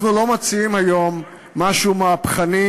אנחנו לא מציעים היום משהו מהפכני,